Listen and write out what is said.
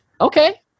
okay